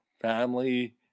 family